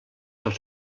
als